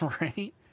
Right